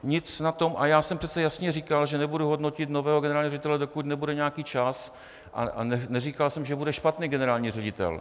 Nic na tom, a já jsem přece jasně říkal, že nebudu hodnotit nového generálního ředitele, dokud nebude nějaký čas, a neříkal jsem, že bude špatný generální ředitel.